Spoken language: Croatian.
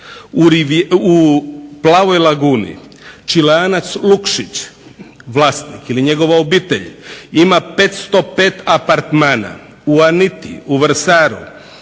U "Plavoj laguni" Čileanac Lukšić vlasnik ili njegova obitelj ima 505 apartmana. U "Aniti" u Vrsaru